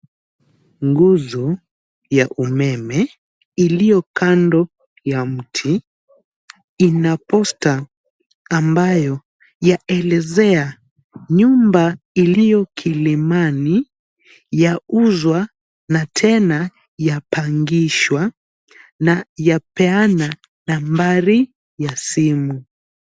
Nguzo ya umeme iliyo kando ya mti ina posta ambayo yaelezea nyumba iliyo Kilimani yauzwa na tena yapangishwa na yapeana nambari ya simu.